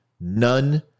none